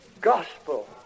gospel